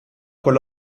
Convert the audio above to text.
con